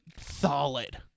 solid